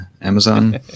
amazon